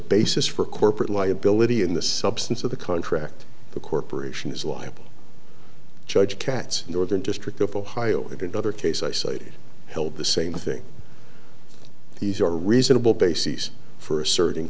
basis for corporate liability in the substance of the contract the corporation is liable judge katz northern district of ohio the good other case i cited held the same thing these are reasonable bases for asserting